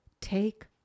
Take